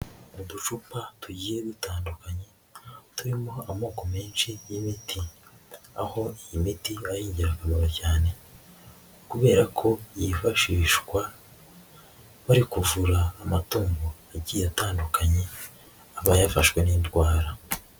Uducupa tugiye dutandukanye turimo amoko menshi y'imiti, aho iyi miti ari ingirakamaro cyane kubera ko yifashishwa bari kuvura amatungo agiye atandukanye aba yafashwe n'indwara.